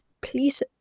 please